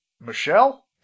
michelle